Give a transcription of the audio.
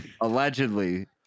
Allegedly